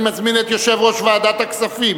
אני מזמין את יושב-ראש ועדת הכספים